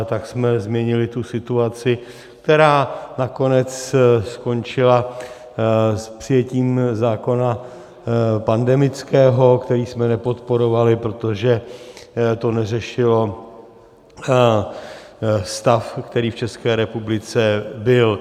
Tak jsme zmínili tu situaci, která nakonec skončila s přijetím zákona pandemického, který jsme nepodporovali, protože to neřešilo stav, který v České republice byl.